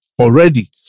already